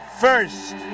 first